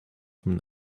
from